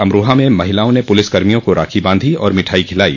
अमरोहा में महिलाओं ने पुलिसकर्मियों को राखी बांधी और मिठाई खिलाई